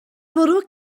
bwrw